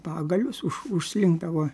pagalius už užslinkdavo